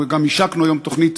אנחנו גם השקנו היום תוכנית,